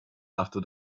after